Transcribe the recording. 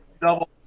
double